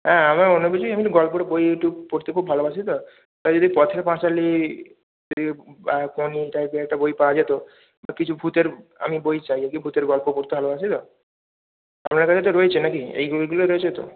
হ্যাঁ আমার অন্য কিছু এমনি গল্পর বই একটু পড়তে খুব ভালোবাসি তো তাই যদি পথের পাঁচালি দিয়ে আর কোনো টাইপের একটা বই পাওয়া যেত বা কিছু ভূতের আমি বই চাই যদি ভূতের গল্প পড়তে ভালোবাসি তো আপনার কাছে তো রয়েছে নাকি এই বইগুলোই রয়েছে তো